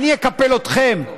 אני אקפל אתכם.